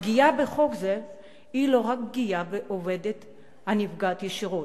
הפגיעה בחוק זה היא לא פגיעה בעובדת הנפגעת ישירות,